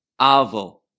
avo